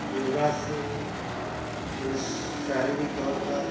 योगा से मनुष्य शारीरिक तौर पर